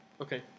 Okay